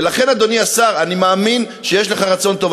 ולכן, אדוני השר, אני מאמין שיש לך רצון טוב.